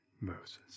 Moses